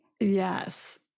Yes